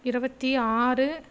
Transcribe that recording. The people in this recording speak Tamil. இருவத்தி ஆறு